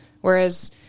whereas